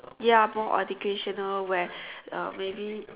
ya more educational aware uh maybe